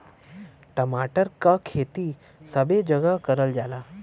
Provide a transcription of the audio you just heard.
टमाटर क खेती सबे जगह करल जाला